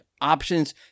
options